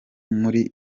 muri